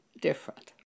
different